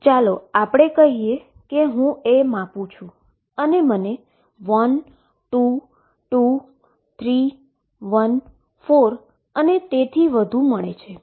ચાલો આપણે કહીએ કે હું માપું છું અને મને 1 2 2 3 1 4 અને તેથી વધુ મળે છે